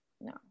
No